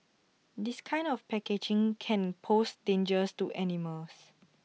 this kind of packaging can pose dangers to animals